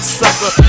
sucker